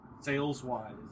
sales-wise